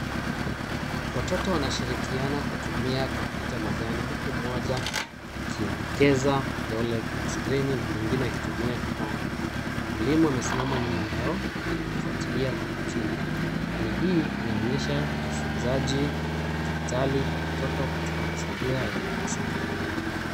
Watoto wanashirikiana kutumia kompyuta mezani huku mmoja akielekeza kidole kwenye skrini na mwingine akitumia kipanya. Mwalimu amesimama nyuma yao akifuatilia kwa makini . Hali hii inaonyesha ujifunzaji wa kidijitali kwa watoto katika mazingira ya darasani.